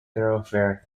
thoroughfare